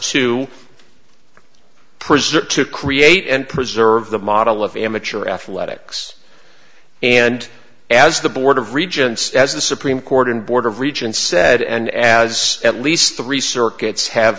preserve to create and preserve the model of amateur athletics and as the board of regents as the supreme court and board of regents said and as at least three circuits have